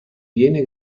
viene